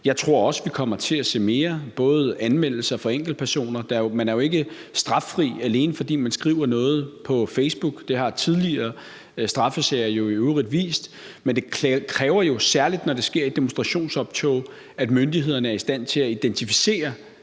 Jeg tror også, vi kommer til at se mere, også anmeldelser fra enkeltpersoner. Man er jo ikke straffri, alene fordi man skriver noget på Facebook. Det har tidligere straffesager jo i øvrigt også vist. Men det kræver jo, særlig når det sker i demonstrationsoptog, at myndighederne er i stand til at identificere